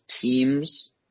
teams